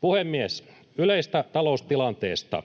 Puhemies! Yleistä taloustilanteesta: